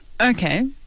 Okay